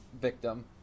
victim